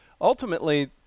ultimately